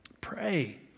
Pray